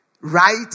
right